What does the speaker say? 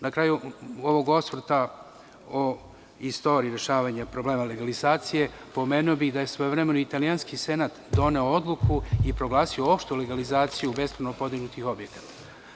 Na kraju ovog osvrta o istoriji rešavanja problema legalizacije, pomenuo bih da je svojevremeno italijanski Senat doneo odluku u proglasio opštu legalizaciju bespravno podignutih objekata.